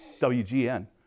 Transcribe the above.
WGN